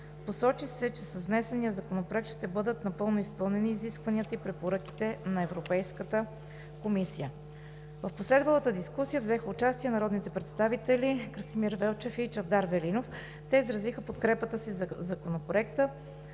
Посочи се, че с внесения законопроект ще бъдат напълно изпълнени изискванията и препоръките на Европейската комисия. В последвалата дискусия участие взеха народните представители Красимир Велчев и Чавдар Велинов. Те изразиха подкрепата си за Законопроекта,